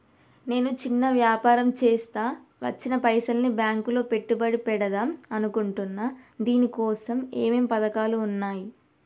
నేను చిన్న వ్యాపారం చేస్తా వచ్చిన పైసల్ని బ్యాంకులో పెట్టుబడి పెడదాం అనుకుంటున్నా దీనికోసం ఏమేం పథకాలు ఉన్నాయ్?